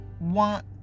want